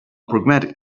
pragmatic